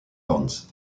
vance